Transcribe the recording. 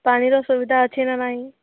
ପାଣିର ସୁବିଧା ଅଛି ନା ନାହିଁ